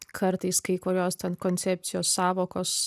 kartais kai kurios ten koncepcijos sąvokos